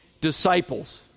disciples